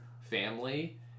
family